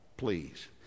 please